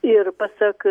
ir pasak